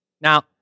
Now